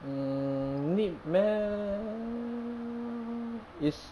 mm need meh it's